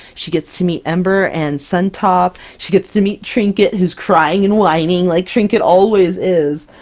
she gets to meet ember and suntop, she gets to meet trinket, who's crying and whining like trinket always is!